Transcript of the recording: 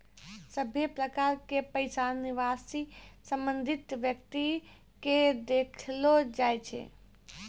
सभे प्रकार के पैसा निकासी संबंधित व्यक्ति के देखैलो जाय छै